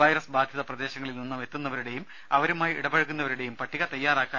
virus ബാധിത പ്രദേശങ്ങളിൽ നിന്നും എത്തുന്നവരുടേയും അവരുമായി ഇടപഴകുന്നവരുടേയും പട്ടിക തയ്യാറാക്കണം